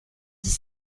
dix